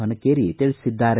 ಹೊನಕೇರಿ ತಿಳಿಸಿದ್ದಾರೆ